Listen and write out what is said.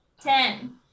Ten